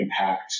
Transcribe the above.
impact